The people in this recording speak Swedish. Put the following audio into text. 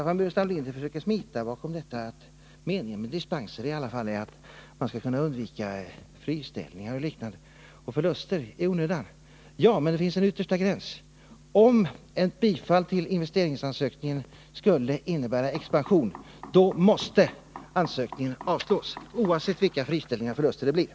Staffan Burenstam Linder försöker smita undan bakom detta att meningen med dispensmöjligheterna är att man skall kunna undvika friställningar, onödiga förluster och liknande. Ja, men det finns en yttersta gräns: Om ett bifall till en investeringsansökning skulle innebära expansion, då måste ansökningen avslås, oavsett vilka friställningar eller förluster det kan bli.